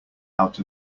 out